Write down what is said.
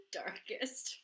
darkest